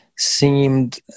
Seemed